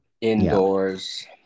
indoors